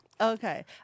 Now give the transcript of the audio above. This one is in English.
Okay